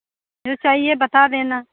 जो चाहिए बता देना